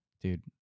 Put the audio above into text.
Dude